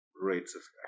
rates